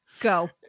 Go